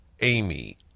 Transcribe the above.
Amy